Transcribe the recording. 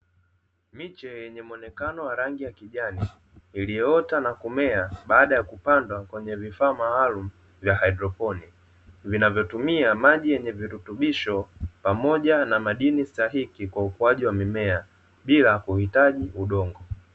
Miche yenye muonekano wa rangi ya kijani iliyoota na kumea baada ya kupandwa kwenye vifaa maalumu vya haidroponi, vinavyotumia maji yenye virutubisho pamoja na madini stahiki kwa ukuaji wa mimea bila kuhitaji udongo.